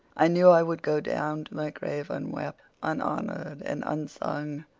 i knew i would go down to my grave unwept, unhonored and unsung.